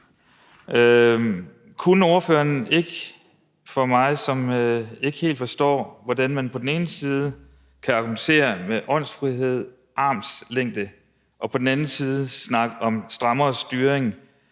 ikke forklare det for mig, som ikke helt forstår, hvordan man på den ene side kan argumentere med åndsfrihed og armslængde og på den anden side snakke om strammere styring,